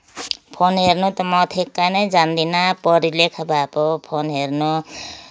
phone हेर्न त म ठ्याक्कै नै जान्दिनँ पढा लेखा भए पो फोन हेर्नु